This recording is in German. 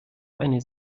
eine